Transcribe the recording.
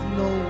no